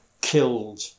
killed